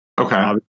Okay